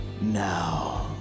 now